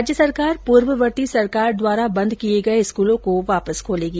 राज्य सरकार पूर्ववर्ती सरकार द्वारा बंद किये गए स्कूलों को वापस खोलेगी